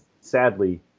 Sadly